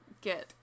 get